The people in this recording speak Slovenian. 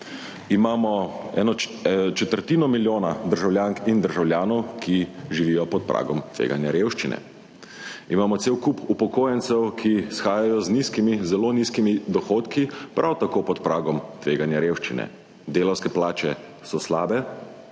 Imamo četrtino milijona državljank in državljanov, ki živijo pod pragom tveganja revščine. Imamo cel kup upokojencev, ki shajajo z nizkimi, zelo nizkimi dohodki, prav tako pod pragom tveganja revščine. Delavske plače so slabe,